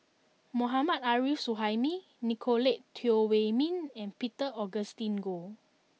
Mohammad Arif Suhaimi Nicolette Teo Wei min and Peter Augustine Goh